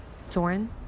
Soren